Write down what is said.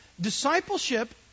discipleship